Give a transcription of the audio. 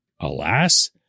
Alas